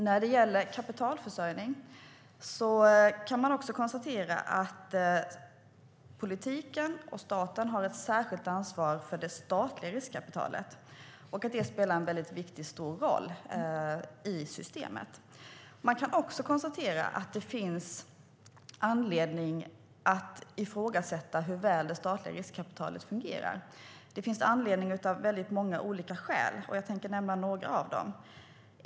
När det gäller kapitalförsörjning har politiken och staten ett särskilt ansvar för det statliga riskkapitalet, och det spelar en viktig och stor roll i systemet. Det finns anledning att ifrågasätta hur väl det statliga riskkapitalet fungerar av väldigt många olika skäl. Jag tänker nämna några av dem.